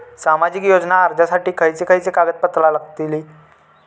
सामाजिक योजना अर्जासाठी खयचे खयचे कागदपत्रा लागतली?